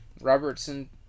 Robertson